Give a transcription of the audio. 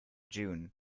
june